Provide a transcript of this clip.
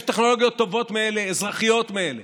יש טכנולוגיות טובות מאלה, אזרחיות מאלה.